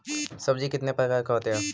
सब्जी कितने प्रकार के होते है?